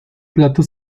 plato